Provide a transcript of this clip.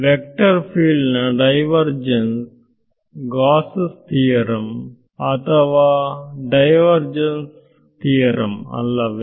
Victor field ನ divergence Gauss ನ theorem ಅಥವಾ ಡೈವರ್ ಜೆನ್ಸ್ ಥಿಯರಂ ಅಲ್ಲವೇ